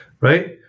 Right